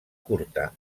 curta